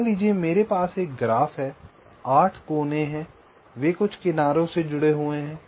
मान लीजिए मेरे पास एक ग्राफ है 8 कोने हैं वे कुछ किनारों से जुड़े हुए हैं